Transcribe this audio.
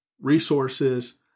resources